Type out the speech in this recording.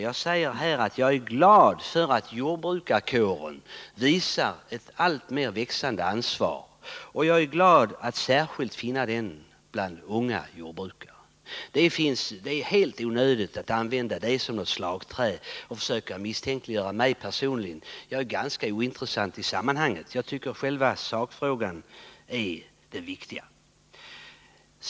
Jag sade att jag är glad över att jordbrukarkåren visat ett alltmer växande ansvar, och jag är glad över att finna att detta särskilt gäller unga jordbrukare. Det är helt onödigt att använda detta uttalande som ett slagträ och försöka misstänkliggöra mig personligen. Jag är ganska ointressant i sammanhanget. Själva sakfrågan är, enligt min mening, det viktiga.